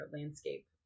landscape